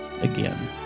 again